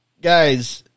Guys